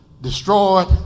destroyed